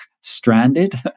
stranded